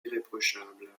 irréprochable